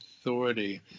authority